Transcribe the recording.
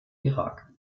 irak